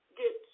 get